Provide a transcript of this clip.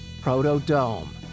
Proto-Dome